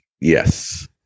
Yes